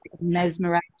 mesmerized